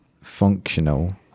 functional